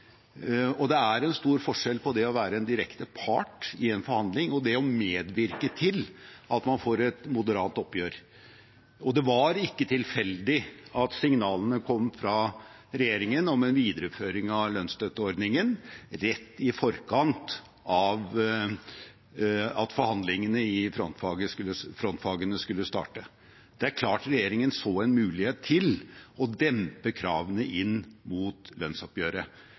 ikke. Det er en stor forskjell på det å være direkte part i en forhandling og det å medvirke til at man får et moderat oppgjør. Det var ikke tilfeldig at signalene fra regjeringen om en videreføring av strømstøtteordningen kom rett i forkant av at forhandlingene i frontfagene skulle starte. Det er klart regjeringen så en mulighet til å dempe kravene inn mot lønnsoppgjøret.